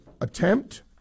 attempt